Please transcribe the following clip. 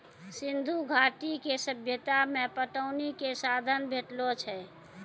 सिंधु घाटी के सभ्यता मे पटौनी के साधन भेटलो छै